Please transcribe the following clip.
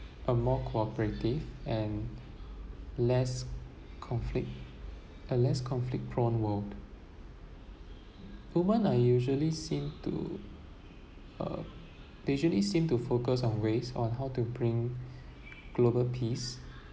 a more cooperative and less conflict a less conflict prone world women are usually seem to uh they usually seem to focus on ways on how to bring global peace